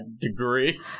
degree